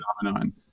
phenomenon